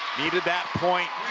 needed that point